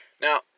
Now